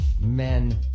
men